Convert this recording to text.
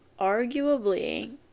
arguably